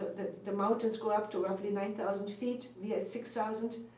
the the mountains go up to roughly nine thousand feet. we're at six thousand,